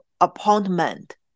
appointment